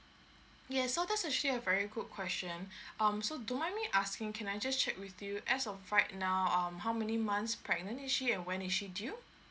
yes so that's actually a very good question um so do you mind if I asking can I just check with you as of right now um how many months pregnant is she and when is she due